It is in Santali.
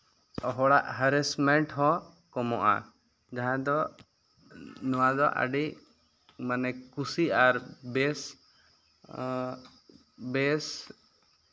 ᱦᱚᱲᱟᱜ ᱦᱮᱨᱮᱥᱢᱮᱱᱴ ᱦᱚᱸ ᱠᱚᱢᱚᱜᱼᱟ ᱡᱟᱦᱟᱸ ᱫᱚ ᱱᱚᱣᱟ ᱫᱚ ᱟᱹᱰᱤ ᱠᱩᱥᱤ ᱟᱨ ᱵᱮᱥ ᱵᱮᱥ